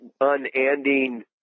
unending